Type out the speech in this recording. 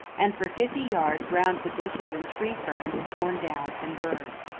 and for fifty yards round the bushes and tree-ferns torn down and burned.